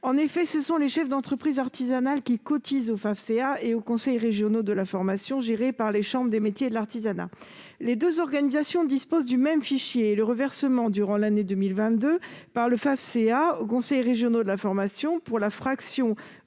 En effet, les chefs d'entreprise artisanale cotisent tant au Fafcea qu'aux conseils régionaux de la formation gérés par les chambres de métiers et de l'artisanat. Les deux organisations disposent du même fichier et le reversement effectué, durant l'année 2022, par le Fafcea aux conseils régionaux de la formation pour la fraction